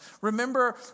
Remember